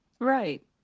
Right